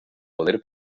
poder